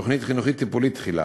תוכנית חינוכית טיפולית תחילה